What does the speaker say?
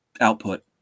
output